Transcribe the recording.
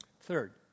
Third